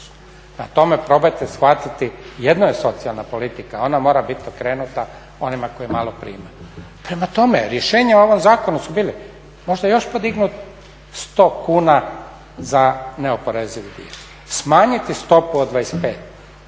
tome, probajte shvatiti, jedno je socijalna politika, ona mora biti okrenuta onima koji malo primaju. Prema tome, rješenja u ovom zakonu su bila, možda još podignuti 100 kuna za neoporezivi dio. Smanjiti stopu od 25